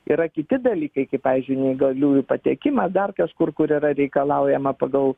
yra kiti dalykai kaip pavyzdžiui neįgaliųjų patekimas dar kažkur kur yra reikalaujama pagal